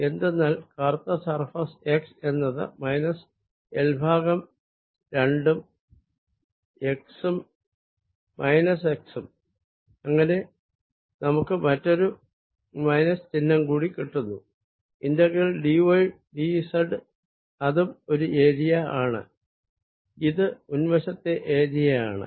എന്തെന്നാൽ കറുത്ത surface x എന്നത് മൈനസ് L ഭാഗം രണ്ടും എക്സും മൈനസ് എക്സും അങ്ങനെ നമുക്ക് മറ്റൊരു മൈനസ് ചിഹ്നം കൂടി കിട്ടുന്നു integral d y d z അതും ഒരു ഏരിയ ആണ് ഇത് മുൻവശത്തെ ഏരിയ ആണ്